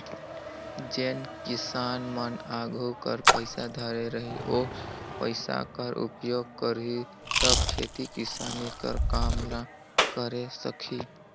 जेन किसान मन आघु कर पइसा धरे रही ओ पइसा कर उपयोग करही तब खेती किसानी कर काम ल करे सकही